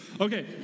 Okay